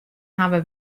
hawwe